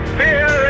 fear